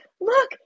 Look